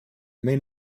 may